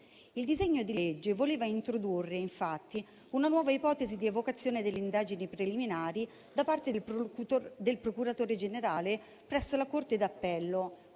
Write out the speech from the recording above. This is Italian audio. Il disegno di legge voleva introdurre infatti una nuova ipotesi di avocazione delle indagini preliminari da parte del procuratore generale presso la corte d'appello